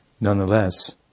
Nonetheless